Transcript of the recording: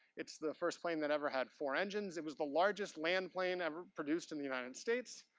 it's the first plane that ever had four engines. it was the largest land plane ever produced in the united states.